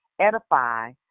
edify